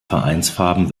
vereinsfarben